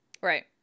Right